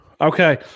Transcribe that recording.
Okay